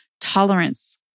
tolerance